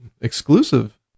exclusive